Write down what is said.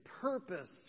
purpose